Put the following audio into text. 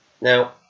Now